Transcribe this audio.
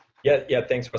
yeah, yeah, thanks but